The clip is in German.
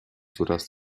sodass